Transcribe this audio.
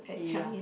he uh